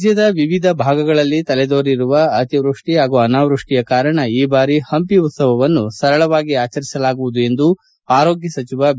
ರಾಜ್ಯದ ವಿವಿಧ ಭಾಗಗಳಲ್ಲಿ ತಲೆದೋರಿರುವ ಅತಿವೃಷ್ಟಿ ಹಾಗೂ ಅನಾವೃಷ್ಟಿಯ ಕಾರಣ ಈ ಬಾರಿ ಪಂಪಿ ಉತ್ಸವವನ್ನು ಸರಳವಾಗಿ ಆಚರಿಸಲಾಗುವುದು ಎಂದು ಆರೋಗ್ಯ ಸಚಿವ ಬಿ